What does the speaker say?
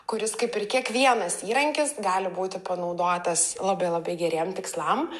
kuris kaip ir kiekvienas įrankis gali būti panaudotas labai labai geriem tikslam